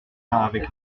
avec